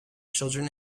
children